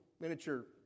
miniature